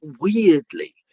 weirdly